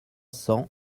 cents